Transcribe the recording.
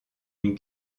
une